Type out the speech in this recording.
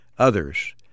others